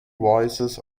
voices